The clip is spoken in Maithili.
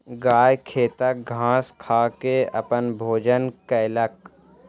गाय खेतक घास खा के अपन भोजन कयलक